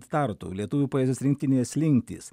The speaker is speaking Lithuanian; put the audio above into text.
tartu lietuvių poezijos rinktinėje slinktys